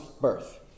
birth